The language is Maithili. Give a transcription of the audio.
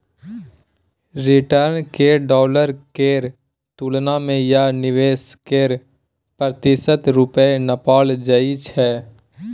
रिटर्न केँ डॉलर केर तुलना मे या निबेश केर प्रतिशत रुपे नापल जाइ छै